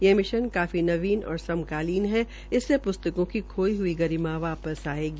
यह मिशन काफी नवीन व समकालीन है इससे पुस्तकों की खोई हई गरिमा वापस आएगी